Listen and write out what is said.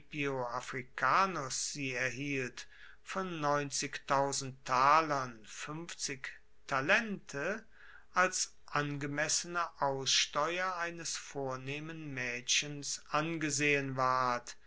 africanus sie erhielt von talern als angemessene aussteuer eines vornehmen maedchens angesehen ward